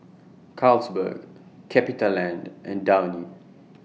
Carlsberg CapitaLand and Downy